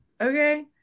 Okay